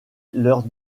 leurs